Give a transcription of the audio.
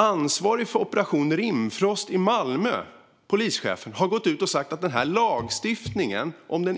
Ansvarig för Operation Rimfrost i Malmö, polischefen, har sagt att om man fick igenom denna